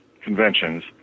conventions